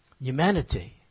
Humanity